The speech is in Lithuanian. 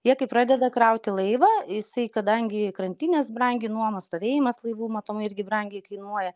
jie kai pradeda krauti laivą jisai kadangi krantinės brangi nuoma stovėjimas laivų matomai irgi brangiai kainuoja